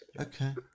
okay